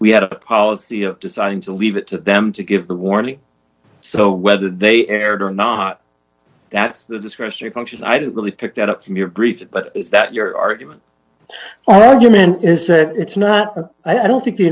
we had a policy of deciding to leave it to them to give the warning so whether they erred or not that's the discretionary function i didn't really pick that up from your grief but is that your argument argument is that it's not a i don't think the